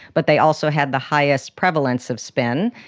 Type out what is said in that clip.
but they also had the highest prevalence of spin.